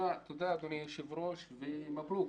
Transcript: תודה, אדוני היושב-ראש, ומברוכ.